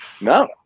No